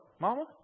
mama